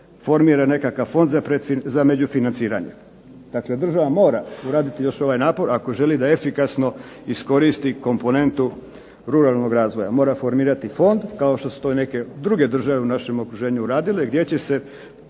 formira nekakav fond za međufinanciranje. Dakle, država mora uraditi još ovaj napor ako želi da efikasno iskoristi komponentu ruralnog razvoja, mora formirati fond kao što su to i neke druge države u našem okruženju uradile gdje će se